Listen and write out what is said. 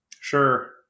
Sure